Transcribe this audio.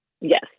Yes